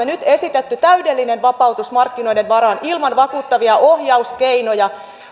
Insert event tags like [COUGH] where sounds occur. [UNINTELLIGIBLE] nyt esitetty täydellinen vapautus markkinoiden varaan ilman vakuuttavia ohjauskeinoja